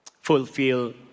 fulfill